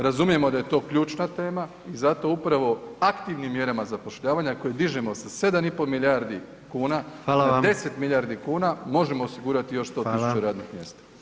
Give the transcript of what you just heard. Razumijemo da je to ključna tema i zato upravo aktivnim mjerama zapošljavanja koji dižemo sa 7,5 milijardi kuna na [[Upadica: Hvala vam.]] 10 milijardi kuna možemo osigurati još 100 tisuća radnih [[Upadica: Hvala.]] mjesta.